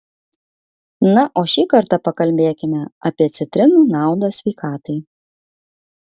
na o šį kartą pakalbėkime apie citrinų naudą sveikatai